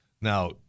Now